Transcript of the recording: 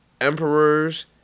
emperors